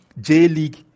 J-League